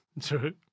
True